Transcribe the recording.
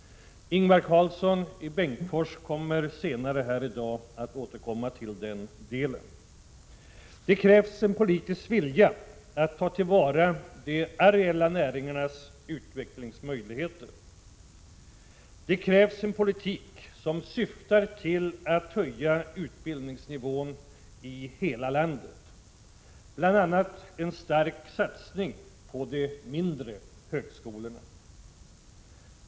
Ingvar Karlsson i Bengtsfors kommer senare i dag att återkomma till den frågan. Det krävs en politisk vilja att ta till vara de areella näringarnas utvecklingsmöjligheter. Det krävs en politik som syftar till att höja utbildningsnivån i hela landet, bl.a. genom en stark satsning på de mindre högskolorna.